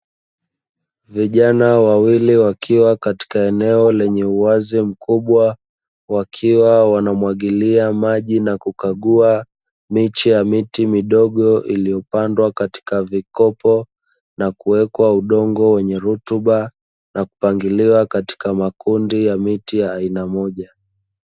Vijana wawili wakiwa katika eneo lenye uwazi mkubwa, wakiwa wanamwagilia maji na kukagua miche ya miti midogo iliyopandwa katika vikopo, na kuwekwa udongo wenye rutuba, na kupangiliwa katika makundi ya miti ya aina moja.